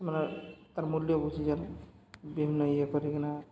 ମାନେ ତାର୍ ମୂଲ୍ୟ ବୁଝିଛନ୍ ବିଭିନ୍ନ ଇଏ କରିକିନା